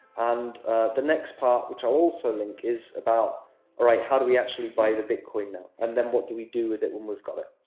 and the next part, which i'll also link, is about all ah right, how do we actually buy the bitcoin now? and then what do we do with it when we've got it.